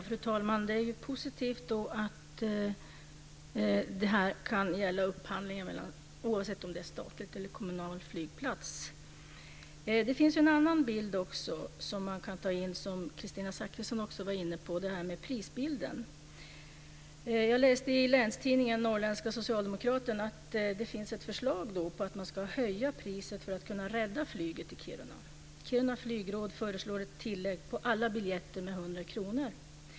Fru talman! Det är positivt att detta kan gälla upphandlingen oavsett om det är en statlig eller en kommunal flygplats. Det finns också en annan bild som man kan ta in, som Kristina Zakrisson var inne på, nämligen det här med prisbilden. Jag läste i länstidningen Norrländska Socialdemokraten att det finns ett förslag om att man ska höja priset för att kunna rädda flyget i Kiruna. 100 kr.